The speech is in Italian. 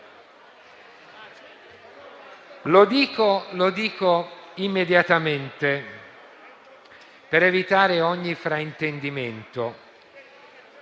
Lo dico immediatamente, per evitare ogni fraintendimento: